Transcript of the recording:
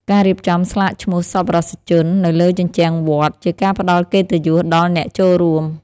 ការរៀបចំស្លាកឈ្មោះសប្បុរសជននៅលើជញ្ជាំងវត្ត ជាការផ្តល់កិត្តិយសដល់អ្នកចូលរួម។